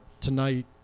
tonight